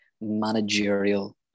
managerial